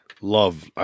love